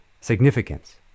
significance